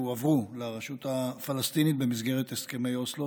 הועברו לרשות הפלסטינית במסגרת הסכמי אוסלו,